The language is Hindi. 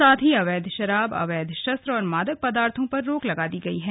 साथ ही अवैध शराब अवैध शस्त्र और मादक पदार्थों पर रोक लगा दी गई है